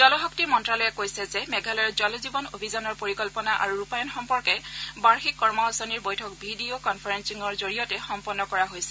জলশক্তি মন্ত্ৰালয়ে কৈছে যে মেঘালয়ৰ জল জীৱন অভিযানৰ পৰিকল্পনা আৰু ৰূপায়ণ সম্পৰ্কে বাৰ্ষিক কৰ্ম আঁচনিৰ বৈঠক ভি ডি অ' কন্ফাৰেলিঙৰ জৰিয়তে সম্পন্ন কৰা হৈছে